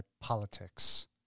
politics